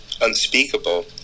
unspeakable